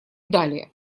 далее